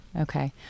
okay